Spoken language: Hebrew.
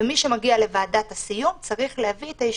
ומי שמגיע לוועדת הסיום צריך להביא את האישורים.